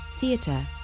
theatre